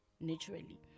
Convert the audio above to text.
naturally